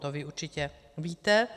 To vy určitě víte.